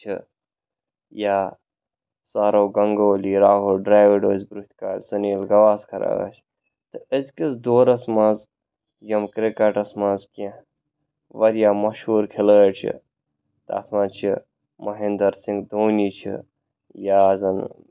چھِ یا سورو گانٛگوٗلی راہُل ڈرٛیوِڈ اوس برٛونٛہہ کالہِ سُنیٖل گواسکر أسۍ تہٕ أزۍکِس دورس منٛز یِم کِرٛکٹس منٛز کیٚنٛہہ واریاہ مشہوٗر کھِلٲڑۍ چھِ تتَھ منٛز چھِ مہیندر سِنگھ دونی چھِ یا زَن